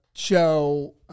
Show